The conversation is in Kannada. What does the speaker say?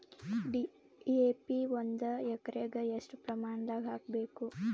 ಡಿ.ಎ.ಪಿ ಒಂದು ಎಕರಿಗ ಎಷ್ಟ ಪ್ರಮಾಣದಾಗ ಹಾಕಬೇಕು?